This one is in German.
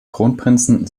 kronprinzen